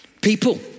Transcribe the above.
People